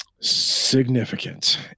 Significant